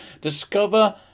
Discover